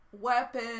weapon